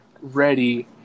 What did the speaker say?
ready